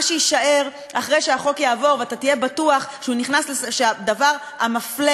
שיישאר אחרי שהחוק יעבור ואתה תהיה בטוח שהדבר המפלה